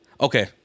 Okay